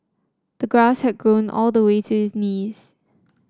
the grass had grown all the way to his knees